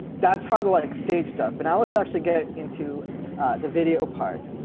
that's part of like stage stuff. but now let's actually get into the video part.